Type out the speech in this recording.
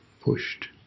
pushed